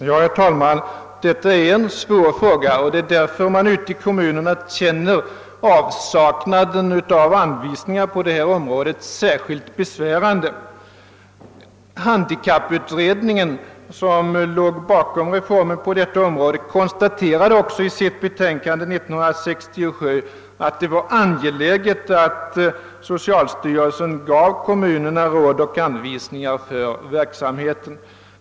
Ja, herr talman, detta är en svår fråga, och det är därför man ute i kommunerna känner avsaknaden av anvisningar särskilt besvärande. Handikapputredningen, som låg bakom reformen på området, konstaterade också i sitt betänkande år 1967 att det var angeläget att socialstyrelsen gav kommunerna råd och anvisningar för verksamheten.